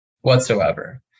whatsoever